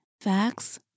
Facts